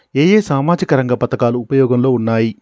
ఏ ఏ సామాజిక రంగ పథకాలు ఉపయోగంలో ఉన్నాయి?